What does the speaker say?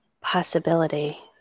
possibility